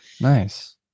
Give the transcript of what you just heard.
Nice